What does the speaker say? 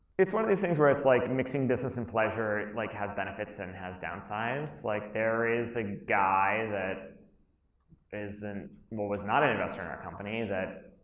it's one of these things where it's like mixing business and pleasure, it like has benefits and has downsides. like there is a guy that isn't, well, was not an investor in our company that